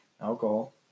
alcohol